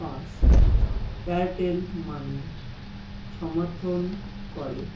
পাঁচ Airtel money সমর্থন করে